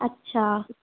अच्छा